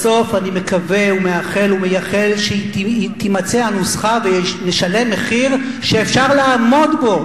בסוף אני מקווה ומאחל ומייחל שתימצא הנוסחה ונשלם מחיר שאפשר לעמוד בו,